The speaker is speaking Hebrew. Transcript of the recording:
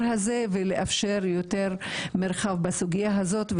הזה ולאפשר יותר מרחב בסוגיה הזאת,